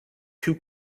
two